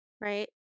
Right